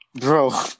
bro